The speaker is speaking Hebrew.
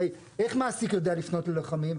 הרי איך מעסיק יודע לפנות ללוחמים?